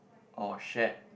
or shared